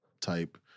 type